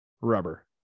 rubber